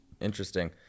interesting